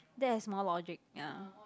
that is more logic ya